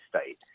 state